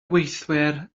gweithwyr